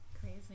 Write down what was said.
Crazy